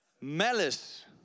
Malice